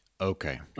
okay